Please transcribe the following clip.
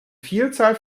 vielzahl